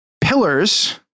pillars